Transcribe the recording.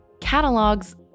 Catalogs